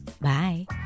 Bye